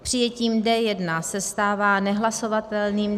Přijetím D1 se stává nehlasovatelným D2.